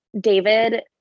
David